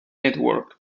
network